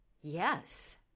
Yes